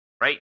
right